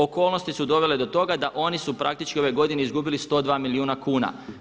Okolnosti su dovele do toga da oni su praktički ove godine izgubili 102 milijuna kuna.